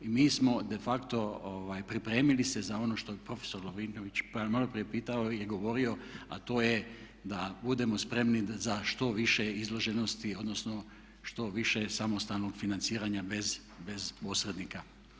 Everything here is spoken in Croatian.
I mi smo de facto pripremili se za ono što je prof. Lovrinović malo prije pitao i govorio, a to je da budemo spremni za što više izloženosti, odnosno što više samostalnog financiranja bez posrednika.